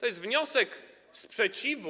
To jest wniosek wyrażający sprzeciw